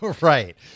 Right